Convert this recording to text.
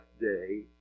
day